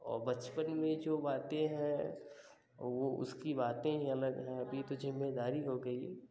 और बचपन में जो बातें हैं वो उसकी बातें ही अलग हैं अभी तो जिम्मेदारी हो गई